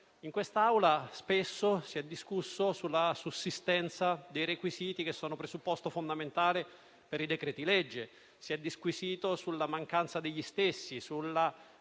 In quest'Aula spesso si è discusso sulla sussistenza dei requisiti che sono presupposto fondamentale per i decreti-legge. Si è disquisito sulla mancanza degli stessi, sulla